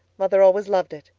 mother always loved it.